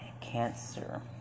Cancer